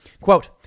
Quote